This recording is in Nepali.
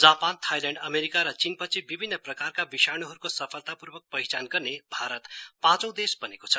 जापान थाइल्याण्ड अमेरीका र चीनपछि विभिन्न प्रकारका विशाण्हरूको सफलतापूर्वक पहिचान गर्ने भारत पाचौं देश बनेको छ